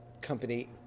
company